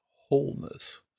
wholeness